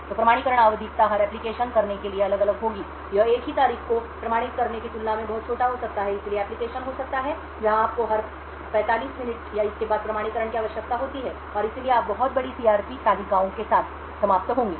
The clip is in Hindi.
तो प्रमाणीकरण की आवधिकता हर एप्लिकेशन करने के लिए अलग अलग होगी यह एक ही तारीख को प्रमाणित करने की तुलना में बहुत छोटा हो सकता है इसलिए एप्लिकेशन हो सकता है जहां आपको हर 45 मिनट या इसके बाद प्रमाणीकरण की आवश्यकता होती है और इसलिए आप बहुत बड़ी सीआरपी तालिकाओं के साथ समाप्त होंगे